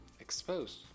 Exposed